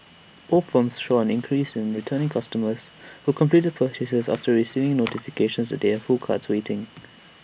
both firms saw an increase in returning customers who completed purchases after receiving notifications that they had full carts waiting